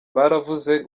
baravuze